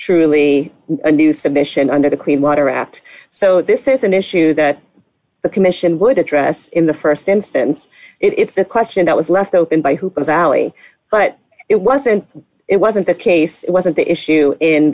truly a new submission under the clean water act so this is an issue that the commission would address in the st instance it's a question that was left open by hooper valley but it wasn't it wasn't the case wasn't the issue in